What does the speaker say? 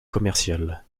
commercial